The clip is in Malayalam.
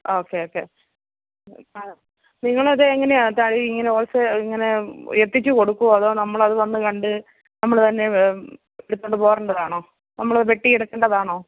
ഓക്കെ ഓക്കെ നിങ്ങളത് എങ്ങനെയാണ് തടി ഇങ്ങനെ ഹോൾ സേ ഇങ്ങനെ എത്തിച്ച് കൊടുക്കോ അതോ നമ്മളത് വന്ന് കണ്ട് നമ്മൾ തന്നെ എടുത്തോണ്ട് പോരേണ്ടതാണോ നമ്മൾ വെട്ടി എടുക്കേണ്ടതാണോ